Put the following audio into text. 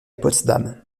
potsdam